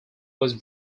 was